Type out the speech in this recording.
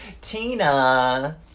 Tina